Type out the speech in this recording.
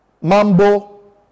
mambo